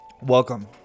Welcome